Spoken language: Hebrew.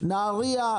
נהריה?